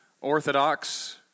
Orthodox